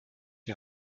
die